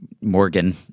Morgan